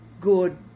good